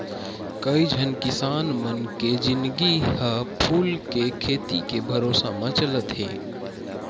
कइझन किसान मन के जिनगी ह फूल के खेती के भरोसा म चलत हे